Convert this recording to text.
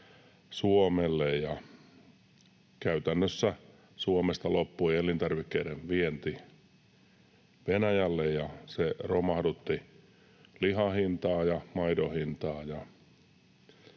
Suomelle. Käytännössä Suomesta loppui elintarvikkeiden vienti Venäjälle, ja se romahdutti lihan hintaa ja maidon hintaa.